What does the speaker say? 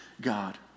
God